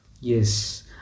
Yes